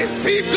see